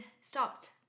Stopped